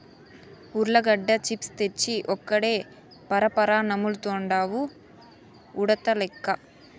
ఉర్లగడ్డ చిప్స్ తెచ్చి ఒక్కడే పరపరా నములుతండాడు ఉడతలెక్క